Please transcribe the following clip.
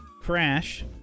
Crash